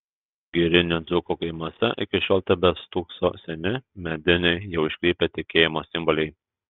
girinių dzūkų kaimuose iki šiol tebestūkso seni mediniai jau iškrypę tikėjimo simboliai